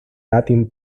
latin